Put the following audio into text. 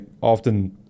often